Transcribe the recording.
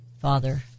Father